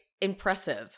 impressive